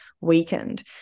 weakened